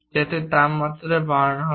যাতে তাপমাত্রা বাড়ানো হবে